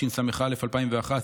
התשס"א 2001,